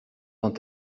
dans